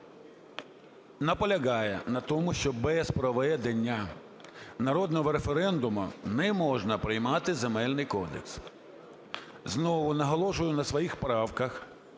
наполягає на тому, що без проведення народного референдуму не можна приймати Земельний кодекс. Знову наголошую на своїх правках.